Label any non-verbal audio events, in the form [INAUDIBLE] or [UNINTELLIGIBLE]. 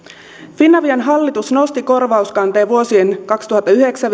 finavian hallitus nosti korvauskanteen vuosien kaksituhattayhdeksän [UNINTELLIGIBLE]